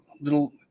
little